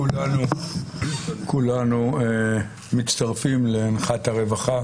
כולנו מצטרפים לאנחת הרווחה